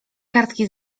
kartki